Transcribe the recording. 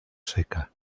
seca